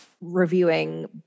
reviewing